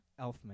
Elfman